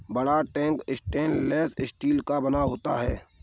बड़ा tank stainless steel का बना होता है